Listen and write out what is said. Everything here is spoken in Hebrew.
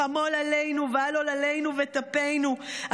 חמול עלינו ועל עוללינו וטפנו,